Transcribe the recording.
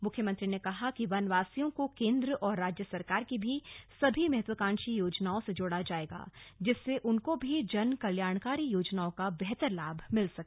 मुख्यमंत्री ने कहा कि वनवासियों को केन्द्र और राज्य सरकार की सभी महत्वाकांक्षी योजनाओं से जोड़ा जाएगा जिससे उनको भी जन कल्याणकारी योजनाओं का बेहतर लाभ मिल सके